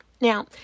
Now